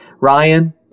Ryan